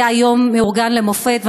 היה יום מאורגן למופת.